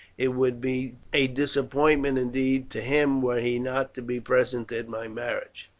it would be a disappointment indeed to him were he not to be present at my marriage.